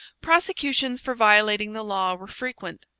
prosecutions for violating the law were frequent.